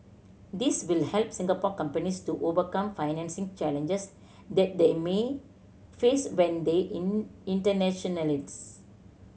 this will help Singapore companies to overcome financing challenges that they may face when they in internationalise